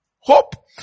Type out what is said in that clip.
hope